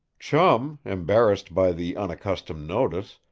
chum, embarrassed by the unaccustomed notice,